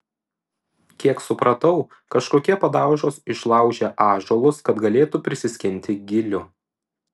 kiek supratau kažkokie padaužos išlaužė ąžuolus kad galėtų prisiskinti gilių